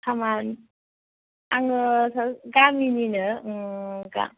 खामान आङो गामिनिनो